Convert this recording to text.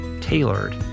tailored